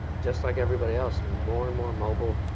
just like everybody else, more and more mobile,